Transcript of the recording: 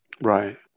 Right